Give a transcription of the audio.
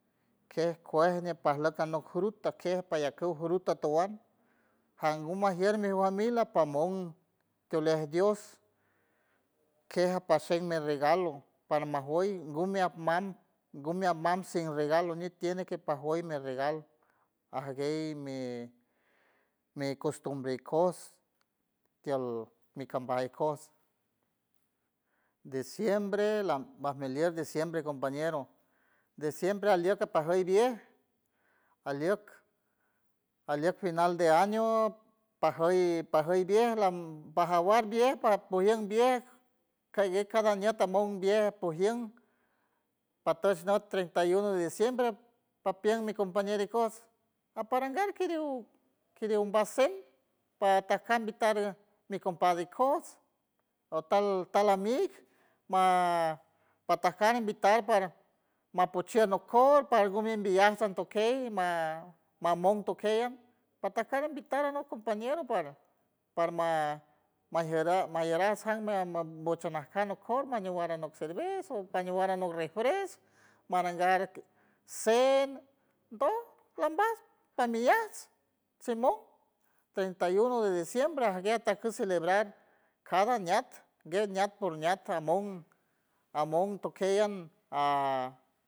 Kej kuej ñipajlack anok fruta kej pallakuj fruta tuan jan ngumajier mi familia pamong tiulej dios kej apashen mi regalo parma juey ngumi atmam gumi atmam sin regalo ñi tiene que pajueñ mi regal ajguey mi mi costumbre ikojts tiel mi kambaj ikojts diciembre lam bajmilier diciembre compañero diciembre alieck apajuy viej alieck alieck final de año pajuñ pajuñ viej lam pajawar viej para pu iend viej callek cada ñiat amon viej pujien patush nüt treinta y uno de diciembre papien mi compañero ikojts aparangaw kiriw kiriw basen pajtaca invitar mi compadre ikojts o tal- tal amig ma pajtajkar invitar para mapuchueld nokoj par gumi mbiyajts mamon atokey ma mamon tokey an pajta ca invitar anok compañero para parma ma- mayierants jan bocho najkan noj kor mayeran para anop cerves pañuwar anop refres marangar cen doj lambaj parmiyajts simon trienta y uno de diciembre ajgue ajtakuj celebrar cada añak gue añak por ñat amon amon amon tokey aj.